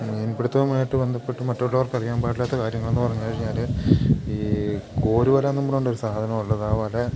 മീൻപിടുത്തവുമായിട്ട് ബന്ധപ്പെട്ട് മറ്റുള്ളവർക്കറിയാൻ പാടില്ലാത്ത കാര്യങ്ങൾ എന്ന് പറഞ്ഞു കഴിഞ്ഞാല് ഈ കോര് വല എന്ന് പറഞ്ഞോണ്ടൊരു സാധനം ഉണ്ട് ആ വല